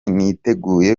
niteguye